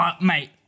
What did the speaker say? Mate